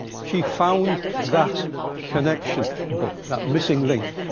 she found that connection book, that missing link.